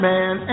Man